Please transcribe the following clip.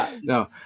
No